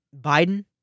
Biden